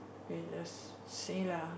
we just see lah